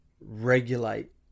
regulate